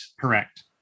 Correct